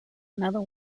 another